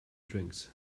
drinks